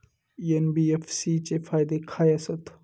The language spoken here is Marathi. एन.बी.एफ.सी चे फायदे खाय आसत?